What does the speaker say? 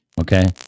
okay